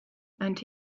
and